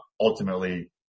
ultimately